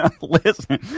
Listen